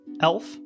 elf